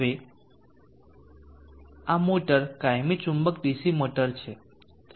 હવે આ મોટર કાયમી ચુંબક ડીસી મોટર છે